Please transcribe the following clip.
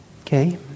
Okay